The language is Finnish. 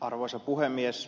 arvoisa puhemies